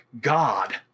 God